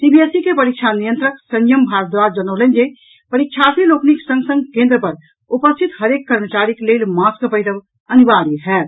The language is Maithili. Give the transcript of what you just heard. सीबीएसई के परीक्षा नियंत्रक सयंम भारद्वाज जनौलनि जे परीक्षार्थी लोकनिक संग संग केन्द्र पर उपस्थित हरेक कर्मचारीक लेल मास्क पहिरब अनिवार्य होयत